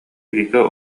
вика